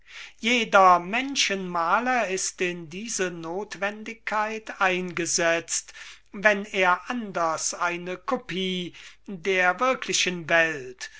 jeder menschenmaler ist in diese nothwendigkeit gesetzt wenn er anders eine kopie der wirklichen welt